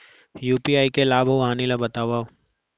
UPI के लाभ अऊ हानि ला बतावव